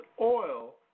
oil